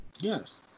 Yes